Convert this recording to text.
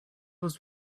was